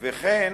וכן